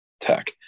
Tech